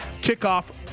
Kickoff